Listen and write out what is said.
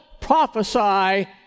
prophesy